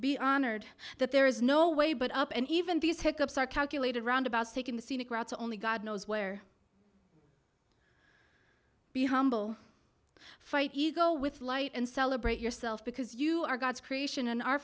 be honored that there is no way but up and even these hiccups are calculated roundabouts taking the scenic routes only god knows where be humble fight you go with light and celebrate yourself because you are god's creation and our